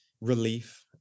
relief